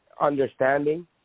understanding